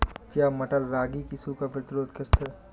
क्या मटर रागी की सूखा प्रतिरोध किश्त है?